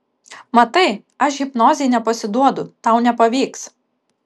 matai aš hipnozei nepasiduodu tau nepavyks